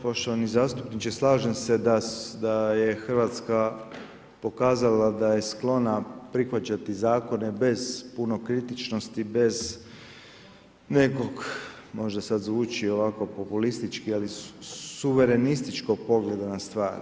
Poštovani zastupniče slažem se da je Hrvatska pokazala je sklona prihvaćati zakone bez puno kritičnosti, bez nekog možda sad zvuči ovako populistički, ali suvremenističkog pogleda na stvar.